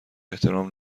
احترام